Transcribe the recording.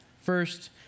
First